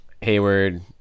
Hayward